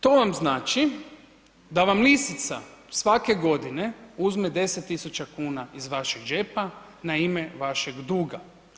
To vam znači da vam lisica svake godine uzme 10.000 kuna iz vaše džepa na ime vašeg duga.